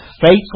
faithful